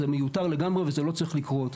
זה מיותר לגמרי וזה לא צריך לקרות.